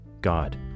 God